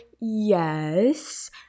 yes